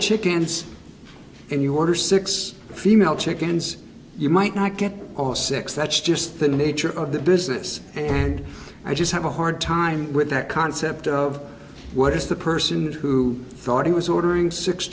chickens and you order six female chickens you might not get all six that's just the nature of the business and i just have a hard time with that concept of what is the person who thought i was ordering six